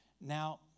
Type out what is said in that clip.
Now